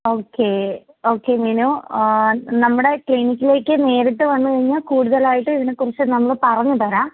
okay okay Meenu നമ്മുടെ ക്ലീനിക്കിലേക്ക് നേരിട്ട് വന്ന് കഴിഞ്ഞാൽ കൂടുതലായിട്ട് ഇതിനെക്കുറിച്ച് നമ്മൾ പറഞ്ഞുതരാം